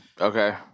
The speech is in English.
Okay